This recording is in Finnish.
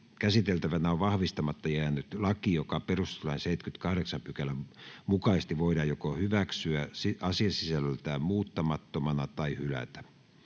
Käsiteltävänä on vahvistamatta jäänyt laki, joka perustuslain 78 §:n mukaisesti voidaan joko hyväksyä asiasisällöltään muuttamattomana tai hylätä.